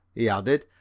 he added,